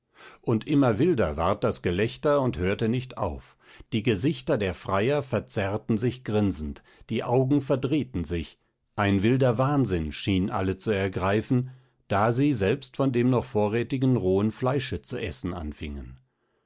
und immer wilder ward das gelächter und hörte nicht auf die gesichter der freier verzerrten sich grinsend die augen verdrehten sich ein wilder wahnsinn schien alle zu ergreifen da sie selbst von dem noch vorrätigen rohen fleische zu essen anfingen